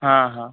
हां हां